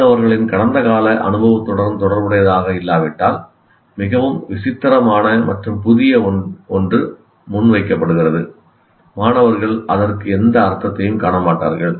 அது அவர்களின் கடந்த கால அனுபவத்துடன் தொடர்புடையதாக இல்லாவிட்டால் மிகவும் விசித்திரமான மற்றும் புதிய ஒன்று முன்வைக்கப்படுகிறது மாணவர்கள் அதற்கு எந்த அர்த்தத்தையும் காண மாட்டார்கள்